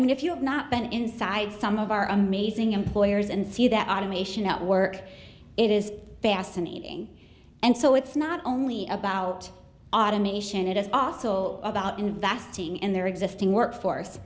mean if you have not been inside some of our amazing employers and see that automation at work it is fascinating and so it's not only about automation it is also about investing in their existing workforce